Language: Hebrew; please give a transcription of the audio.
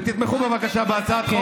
ותתמכו, בבקשה, בהצעת החוק.